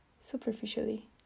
superficially